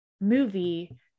movie